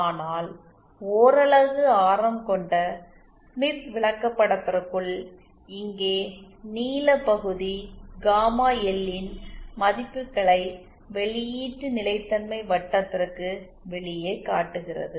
ஆனால் ஓரலகு ஆரம் கொண்ட ஸ்மித் விளக்கப்படத்திற்குள் இங்கே நீல பகுதி காமா எல் இன் மதிப்புகளை வெளியீட்டு நிலைத்தன்மை வட்டத்திற்கு வெளியே காட்டுகிறது